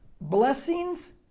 Blessings